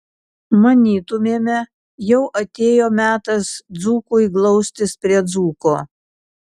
manytumėme jau atėjo metas dzūkui glaustis prie dzūko